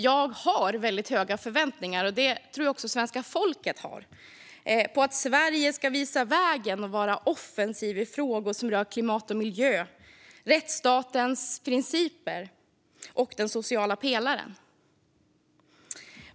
Jag har väldigt höga förväntningar, och det tror jag också att svenska folket har, på att Sverige ska visa vägen och vara offensivt i frågor som rör klimat och miljö, rättsstatens principer och den sociala pelaren.